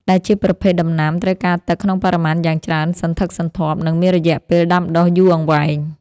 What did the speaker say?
ដែលជាប្រភេទដំណាំត្រូវការទឹកក្នុងបរិមាណយ៉ាងច្រើនសន្ធឹកសន្ធាប់ និងមានរយៈពេលដាំដុះយូរអង្វែង។